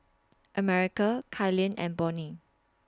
America Kailyn and Bonnie